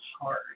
hard